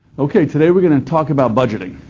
okay, today we're going to talk about budgeting.